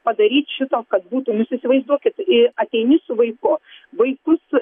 padaryt šito kad būtų nu jus įsivaizduokit ateini su vaiku vaikus